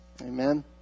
amen